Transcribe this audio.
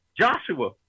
joshua